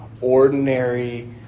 ordinary